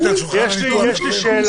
על שולחן הניתוח עכשיו --- יש לי שאלה.